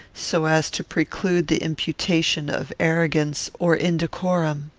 so as to preclude the imputation of arrogance or indecorum.